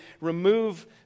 remove